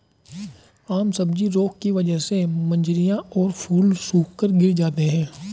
आम सब्जी रोग की वजह से मंजरियां और फूल सूखकर गिर जाते हैं